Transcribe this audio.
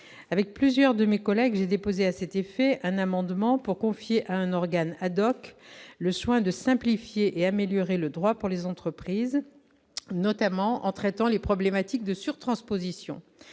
avec plusieurs de mes collègues, j'ai déposé à cet effet, un amendement pour confier à un organe ad-hoc, le soin de simplifier et améliorer le droit pour les entreprises notamment en traitant les problématiques de sur-transpositions